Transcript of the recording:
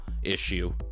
Issue